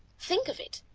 think of it!